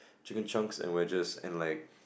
chicken chunks and wedges and like